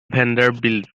vanderbilt